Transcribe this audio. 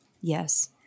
Yes